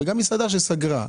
או מסעדה שסגרה,